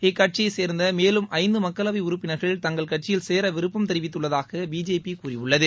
இக்கட்சியைச் சேர்ந்த மேலும் ஐந்து மக்களவை உறுப்பினா்கள் தங்கள் கட்சியில் சேர விருப்பம் தெரிவித்துள்ளதாக பிஜேபி கூறியுள்ளது